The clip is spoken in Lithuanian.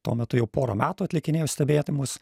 tuo metu jau porą metų atlikinėjo stebėjimus